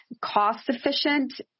cost-efficient